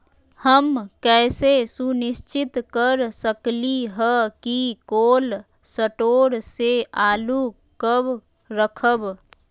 हम कैसे सुनिश्चित कर सकली ह कि कोल शटोर से आलू कब रखब?